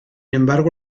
embargo